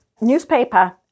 Newspaper